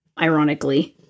ironically